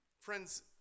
friends